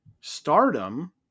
Stardom